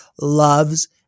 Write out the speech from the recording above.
loves